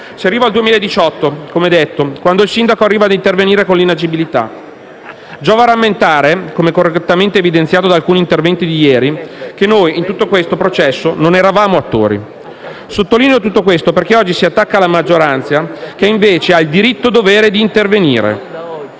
Si arriva al 2018, come detto, quando il sindaco arriva ad intervenire con la dichiarazione di inagibilità. Giova rammentare, come correttamente evidenziato da alcuni interventi di ieri, che noi in tutto questo processo non eravamo attori. Sottolineo tutto questo perché oggi si attacca la maggioranza, che invece ha il diritto-dovere di intervenire.